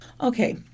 okay